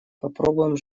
попробуем